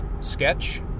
sketch